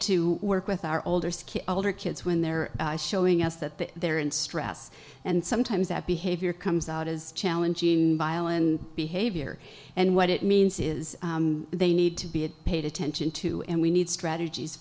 to work with our oldest kid older kids when they're showing us that they're in stress and sometimes that behavior comes out as challenging and violent behavior and what it means is they need to be paid attention to and we need strategies